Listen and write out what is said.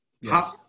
Yes